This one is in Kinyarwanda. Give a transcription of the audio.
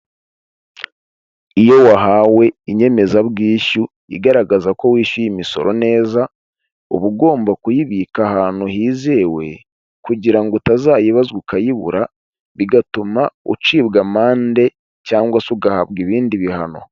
Iyo wahawe inyemezabwishyu igaragaza ko wishyuye imisoro neza, uba ugomba kuyibika ahantu hizewe, kugira ngo utazayibazwa ukayibura, bigatuma ucibwa amande cyangwa se ugahabwa ibindi bihano.